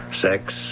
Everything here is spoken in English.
sex